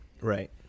Right